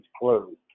closed